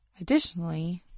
Additionally